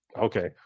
okay